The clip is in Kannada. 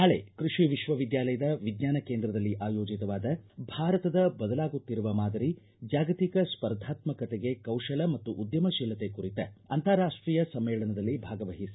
ನಾಳೆ ಕೃಷಿ ವಿಶ್ವವಿದ್ದಾಲಯದ ವಿಜ್ವಾನ ಕೇಂದ್ರದಲ್ಲಿ ಆಯೋಜಿತವಾದ ಭಾರತದ ಬದಲಾಗುತ್ತಿರುವ ಮಾದರಿ ಜಾಗತಿಕ ಸ್ಪರ್ಧಾತ್ಮತೆಗೆ ಕೌಶಲ ಮತ್ತು ಉದ್ದಮ ಶೀಲತೆ ಕುರಿತ ಅಂತಾರಾಷ್ಟೀಯ ಸಮ್ಮೇಳನದಲ್ಲಿ ಭಾಗವಹಿಸಿ